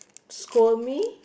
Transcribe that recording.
scold me